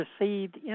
received